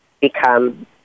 become